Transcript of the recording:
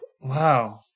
Wow